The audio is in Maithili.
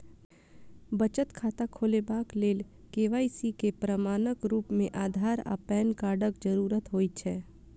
बचत खाता खोलेबाक लेल के.वाई.सी केँ प्रमाणक रूप मेँ अधार आ पैन कार्डक जरूरत होइ छै